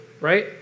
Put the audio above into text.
right